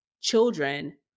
children